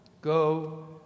Go